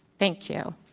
thank you